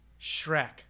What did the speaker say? Shrek